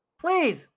Please